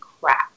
crap